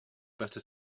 better